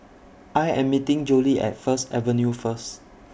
I Am meeting Jolie At First Avenue First